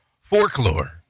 folklore